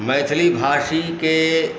मैथिलीभाषीके